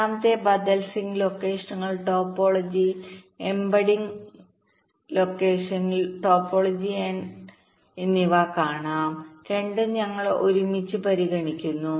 രണ്ടാമത്തെ ബദൽ സിങ്ക് ലൊക്കേഷനുകൾ ടോപ്പോളജി എംബഡിംഗ്sink locations topology and embeddingഎന്നിവ പരിഗണിക്കാം രണ്ടും ഞങ്ങൾ ഒരുമിച്ച് പരിഗണിക്കുന്നു